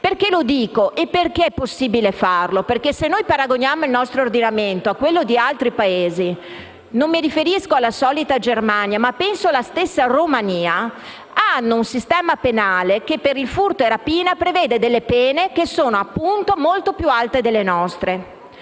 Perché lo dico e perché è possibile farlo? Se noi paragoniamo il nostro ordinamento a quello di altri Paesi (non mi riferisco alla solita Germania, ma penso alla stessa Romania), notiamo che questi hanno un sistema penale che, per il furto e la rapina, prevede delle pene che sono molto più alte delle nostre.